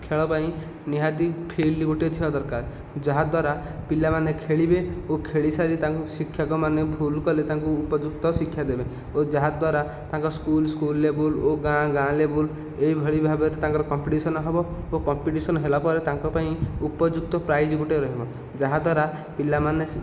ଖେଳ ପାଇଁ ନିହାତି ଫିଲ୍ଡ ଗୁଟେ ଥିବା ଦରକାର ଯାହାଦ୍ୱାରା ପିଲାମାନେ ଖେଳିବେ ଓ ଖେଳିସାରି ତାଙ୍କୁ ଶିକ୍ଷକ ମାନେ ଭୁଲ କଲେ ତାଙ୍କୁ ଉପଯୁକ୍ତ ଶିକ୍ଷା ଦେବେ ଓ ଯାହାଦ୍ୱାରା ତାଙ୍କ ସ୍କୁଲ ସ୍କୁଲ ଲେବୁଲ ଗାଁ ଗାଁ ଲେବୁଲ ଏହିଭଳି ଭାବରେ ତାଙ୍କର କମ୍ପିଟିସନ ହେବ ଓ କମ୍ପିଟିସନ ହେଲାପରେ ତାଙ୍କ ପାଇଁ ଉପଯୁକ୍ତ ପ୍ରାଇଜ ଗୋଟେ ରହିବ ଯାହାଦ୍ୱାରା ପିଲାମାନେ